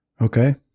Okay